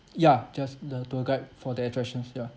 ya just the tour guide for the attractions here